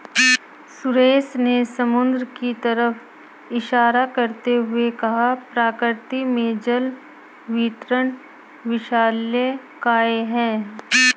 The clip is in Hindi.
सुरेश ने समुद्र की तरफ इशारा करते हुए कहा प्रकृति में जल वितरण विशालकाय है